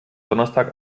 donnerstag